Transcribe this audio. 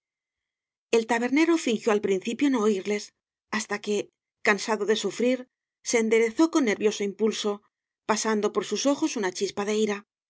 el tabernero fingió al principio no oírles hasta que cansado de sufrir se enderezó con nervioso impulso pasando por sus ojos una chispa de ira